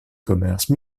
commerce